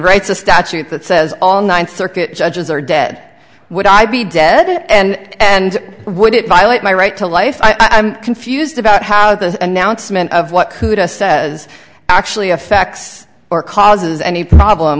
a statute that says all ninth circuit judges are dead would i be dead and would it violate my right to life i'm confused about how the announcement of what could a says actually affects or causes any problem